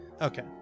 Okay